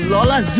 Lola